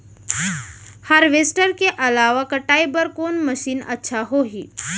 Harvester के अलावा कटाई बर कोन मशीन अच्छा होही?